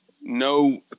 no